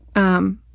um,